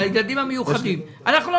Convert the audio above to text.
אנחנו לא